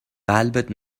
قلبت